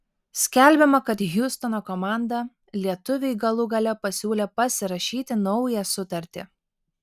skelbiama kad hjustono komanda lietuviui galų gale pasiūlė pasirašyti naują sutartį